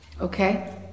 Okay